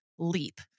leap